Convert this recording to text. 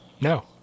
No